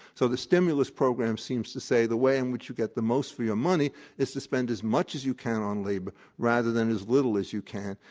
so the stimulus program seems to say, the way in which you get the most for your money is to spend as much as you can on labor rather than as little as you can,